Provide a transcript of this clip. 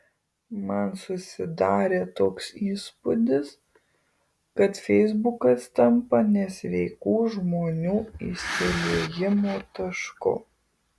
man susidarė toks įspūdis kad feisbukas tampa nesveikų žmonių išsiliejimo tašku